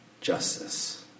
justice